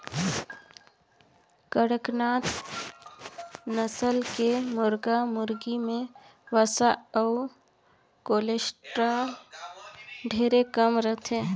कड़कनाथ नसल के मुरगा मुरगी में वसा अउ कोलेस्टाल ढेरे कम रहथे